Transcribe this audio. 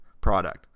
product